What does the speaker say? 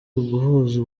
uguhuza